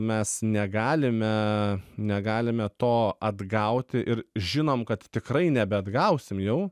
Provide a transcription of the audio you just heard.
mes negalime negalime to atgauti ir žinom kad tikrai nebeatgausim jau